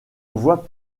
voie